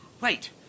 Wait